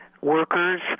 workers